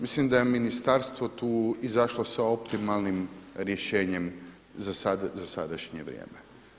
Mislim da je ministarstvo tu izašlo sa optimalnim rješenjem za sadašnje vrijeme.